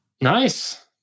Nice